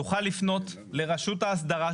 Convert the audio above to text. תוכל לפנות לרשות ההסדרה,